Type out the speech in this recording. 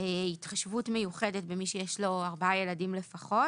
התחשבות מיוחדת במי שיש לו ארבעה ילדים לפחות